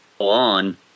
on